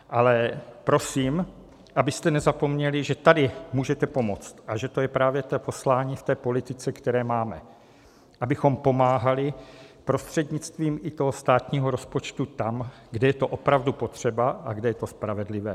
Ale prosím, abyste nezapomněli, že tady můžete pomoct a že to je právě to poslání v té politice, které máme, abychom pomáhali prostřednictvím i státního rozpočtu tam, kde je to opravdu potřeba a kde je to spravedlivé.